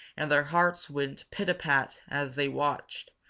and their hearts went pit-a-pat as they watched,